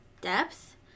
depth